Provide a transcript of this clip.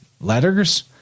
letters